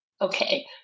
okay